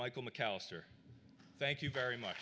michael mcallister thank you very much